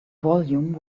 volume